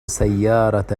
سيارة